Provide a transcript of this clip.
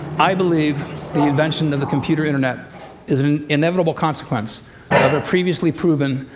i believe the invention of the computer internet is an inevitable consequence of a previously proven,